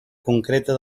concreta